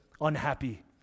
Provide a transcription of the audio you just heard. unhappy